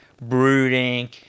brooding